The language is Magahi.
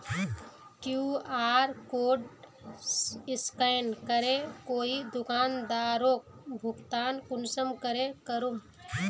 कियु.आर कोड स्कैन करे कोई दुकानदारोक भुगतान कुंसम करे करूम?